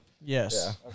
Yes